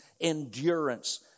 endurance